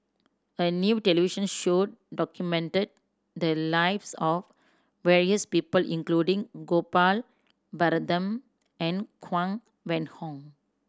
a new television show documented the lives of various people including Gopal Baratham and Huang Wenhong